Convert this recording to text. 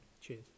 Cheers